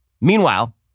Meanwhile